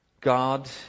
God